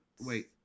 Wait